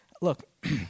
Look